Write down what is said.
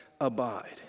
abide